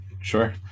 Sure